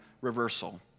reversal